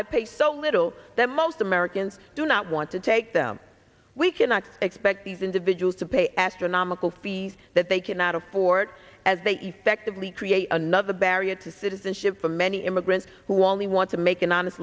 that pay so little that most americans do not want to take them we cannot expect these individuals to pay astronomical fees that they cannot afford as they effectively create another barrier to citizenship for many immigrants who only want to make an honest